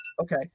Okay